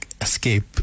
escape